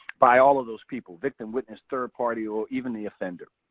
by all of those people, victim, witness, third party, or even the offender.